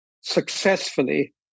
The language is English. successfully